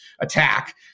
attack